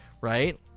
right